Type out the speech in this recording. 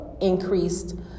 increased